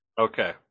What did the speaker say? okay